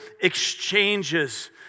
exchanges